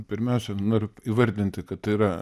pirmiausia noriu įvardinti kad tai yra